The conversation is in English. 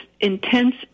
intense